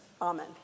Amen